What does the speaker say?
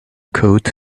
coat